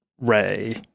ray